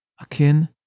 akin